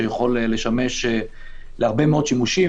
שיכול לשמש להרבה מאוד שימושים,